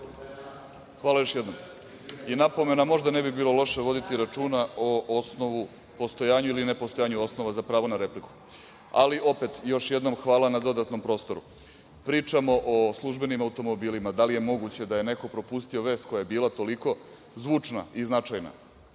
Hvala još jednom.I, napomena možda ne bi bilo loše voditi računa o osnovu opstojanju ili nepostojanju osnova za pravo na repliku, ali opet, hvala na dodatnom prostoru. Pričamo o službenim automobilima, da li je moguće da je neko propustio vest koja je bila toliko zvučna i značajna